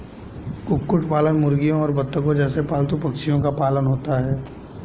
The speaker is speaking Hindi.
कुक्कुट पालन मुर्गियों और बत्तखों जैसे पालतू पक्षियों का पालन होता है